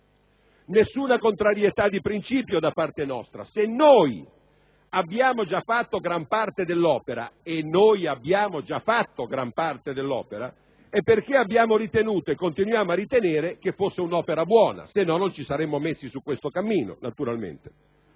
Nessuna contrarietà di principio da parte nostra. Se noi abbiamo già fatto gran parte dell'opera - e l'abbiamo fatto - è perché abbiamo ritenuto e continuiamo a ritenere che fosse un'opera buona; altrimenti, non ci saremmo messi su questo cammino, naturalmente.